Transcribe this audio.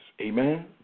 Amen